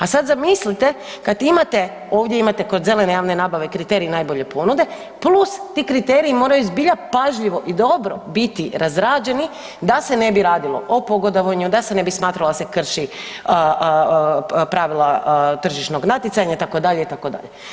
A sad zamislite kad imate, ovdje imate kod zelene javne nabave kriterij najbolje ponude plus ti kriteriji moraju zbilja pažljivo i dobro biti razrađeni da se ne bi radilo o pogodovanju, da se ne bi smatralo da se krši pravila tržišnog natjecanja itd., itd.